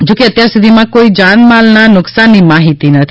જોકે અત્યાર સુધીમાં કોઈ જાનમાલનાં નુકસાનની માહીતી નથી